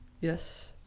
yes